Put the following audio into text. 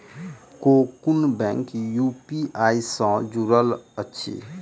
केँ कुन bank UPI सँ जुड़ल अछि?